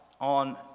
on